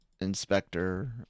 inspector